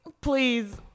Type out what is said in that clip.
please